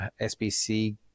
SBC